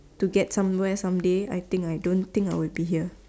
to get somewhere someday I think I don't think I will be here